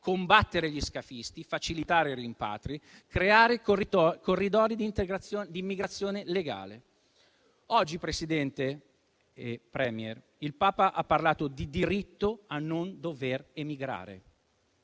combattere gli scafisti, facilitare i rimpatri e creare corridoi d'immigrazione legale. Oggi, signor Presidente, signora *Premier*, il Papa ha parlato di diritto a non dover emigrare.